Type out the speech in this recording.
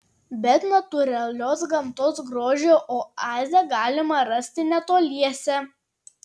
bet natūralios gamtos grožio oazę galima rasti netoliese